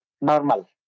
normal